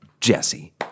Jesse